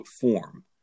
form